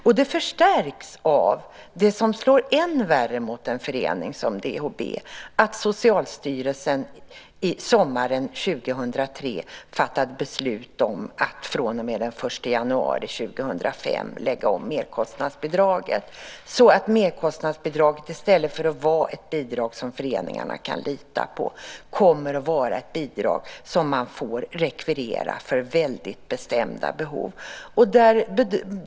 Detta förstärks av det som slår ännu värre mot en förening som DHB, nämligen att Socialstyrelsen sommaren 2003 fattade beslut om att från och med den 1 januari 2005 lägga om merkostnadsbidraget så att det i stället för att vara ett bidrag som föreningarna kan lita på kommer att vara ett bidrag som de får rekvirera för bestämda behov.